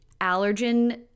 allergen